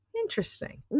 Interesting